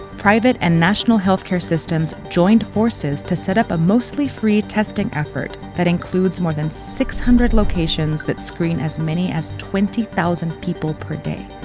private and national healthcare systems joined forces to set up a mostly free testing effort that includes more than six hundred locations that screen as many as twenty thousand people per day.